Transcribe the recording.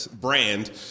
brand